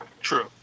True